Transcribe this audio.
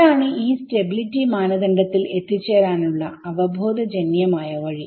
ഇതാണ് ഈ സ്റ്റെബിലിറ്റി മാനദണ്ഡത്തിൽ എത്തിച്ചേരാനുള്ള അവബോധജന്യമായ വഴി